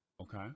Okay